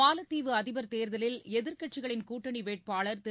மாலத்தீவு அதிபர் தேர்தலில் எதிர்க்கட்சிகளின் கூட்டணி வேட்பாளர் திரு